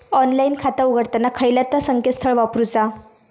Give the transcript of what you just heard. Online खाता उघडताना खयला ता संकेतस्थळ वापरूचा?